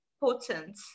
potent